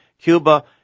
Cuba